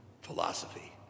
philosophy